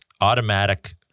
automatic